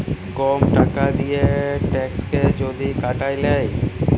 কম টাকা দিঁয়ে ট্যাক্সকে যদি কাটায় লেই